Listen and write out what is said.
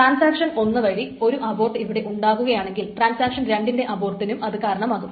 transaction 1 വഴി ഒരു abort ഇവിടെ ഉണ്ടാകുകയാണെങ്കിൽ ട്രാൻസാക്ഷൻ 2 വിന്റെ അബോർട്ടിനും അത് കാരണമാകും